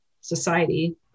society